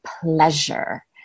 pleasure